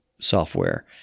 software